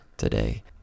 Today